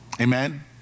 Amen